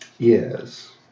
Yes